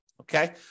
okay